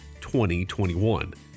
2021